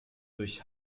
durch